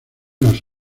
las